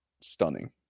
stunning